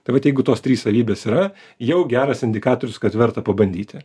tad vat jeigu tos trys savybės yra jau geras indikatorius kad verta pabandyti